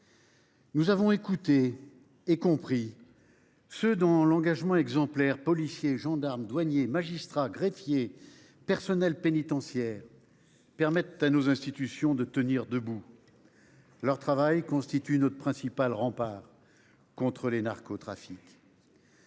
Nous avons écouté et compris ceux dont l’engagement exemplaire – policiers, gendarmes, douaniers, magistrats, greffiers, personnels pénitentiaires – permet à nos institutions de tenir debout. Leur travail constitue notre principal rempart contre les narcotrafics.